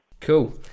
Cool